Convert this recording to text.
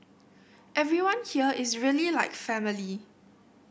everyone here is really like family